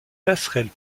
passerelle